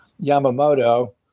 Yamamoto